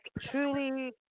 truly